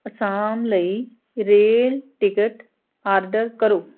ਅਸਾਮ ਲਈ rail ticket order ਕਰੋ